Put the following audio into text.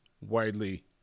widely